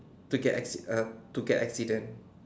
to get acci~ uh to get accident